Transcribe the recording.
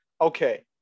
okay